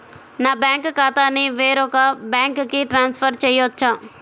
నా బ్యాంక్ ఖాతాని వేరొక బ్యాంక్కి ట్రాన్స్ఫర్ చేయొచ్చా?